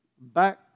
Back